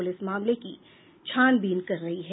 police मामले की छानबीन कर रही है